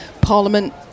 parliament